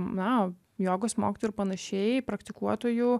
na jogos mokytojų ir panašiai praktikuotojų